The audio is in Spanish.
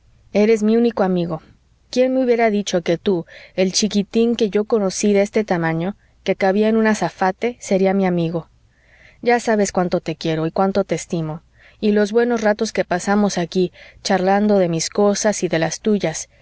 eres mi único amigo quién me hubiera dicho que tú el chiquitín que yo conocí de este tamaño que cabía en un azafate sería mi amigo ya sabes cuánto te quiero y cuánto te estimo y los buenos ratos que pasamos aquí charlando de mis cosas y de las tuyas